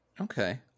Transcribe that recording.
Okay